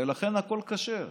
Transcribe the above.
לכן הכול כשר.